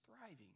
thriving